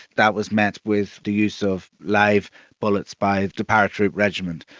that was met with the use of live bullets by the paratroop regiment.